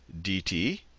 dt